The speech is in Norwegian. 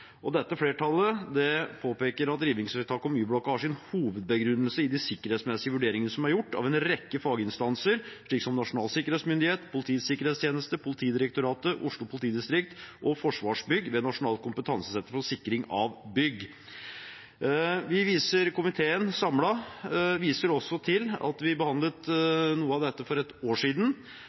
Dette flertallet påpeker at rivingsvedtaket om Y-blokken har sin hovedbegrunnelse i de sikkerhetsmessige vurderingene som er gjort av en rekke faginstanser, slik som Nasjonal sikkerhetsmyndighet, Politiets sikkerhetstjeneste, Politidirektoratet, Oslo politidistrikt og Forsvarsbygg ved Nasjonalt kompetansesenter for sikring av bygg. Komiteen viser også samlet til at vi behandlet noe av dette for et år siden,